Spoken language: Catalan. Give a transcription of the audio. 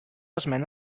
esmena